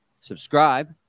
subscribe